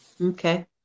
Okay